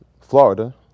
florida